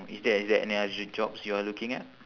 is there is there any other jobs you are looking at